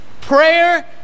prayer